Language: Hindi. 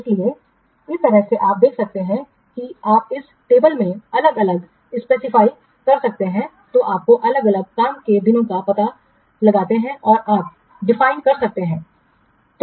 So तो इस तरह से आप दे सकते हैं कि आप इस तालिका से अलग अलग मान निर्दिष्ट कर सकते हैं जो आपको अलग अलग काम के दिनों का पता लगाते हैं और आप मान निर्दिष्ट कर सकते हैं